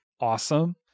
Awesome